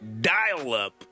dial-up